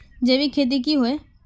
जैविक खेती की होय?